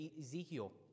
Ezekiel